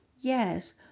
yes